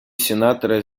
сенатора